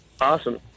Awesome